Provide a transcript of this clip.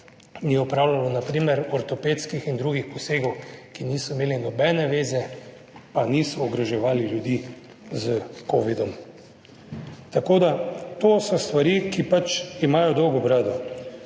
ni opravljalo na primer ortopedskih in drugih posegov, ki niso imeli nobene zveze pa niso ogrožali ljudi s covidom. Tako da, to so stvari, ki pač imajo dolgo brado.